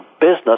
business